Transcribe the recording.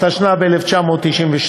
התשנ"ב 1992,